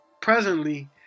presently